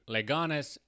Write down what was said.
Leganes